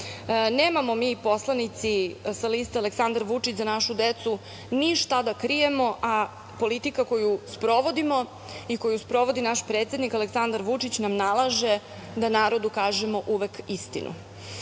Nemamo mi poslanici sa liste „Aleksandar Vučić – Za našu decu“, ništa da krijemo, a politika koju sprovodimo i koju sprovodi naš predsednik Aleksandar Vučić nam nalaže da narodu kažemo uvek